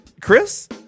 Chris